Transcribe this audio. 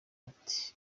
ati